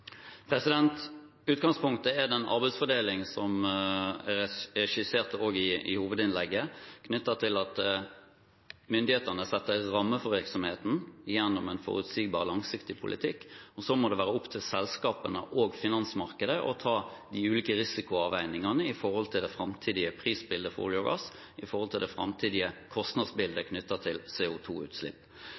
Utgangspunktet er den arbeidsfordelingen som jeg skisserte også i hovedinnlegget, knyttet til at myndighetene setter rammer for virksomheten gjennom en forutsigbar, langsiktig politikk, og så må det være opp til selskapene og finansmarkedet å ta de ulike risikoavveiningene med hensyn til det framtidige prisbildet for olje og gass og det framtidige kostnadsbildet knyttet til CO 2 -utslipp. Det er ingen som er bedre til